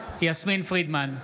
יסמין פרידמן,